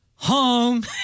home